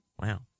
Wow